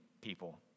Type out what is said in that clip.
people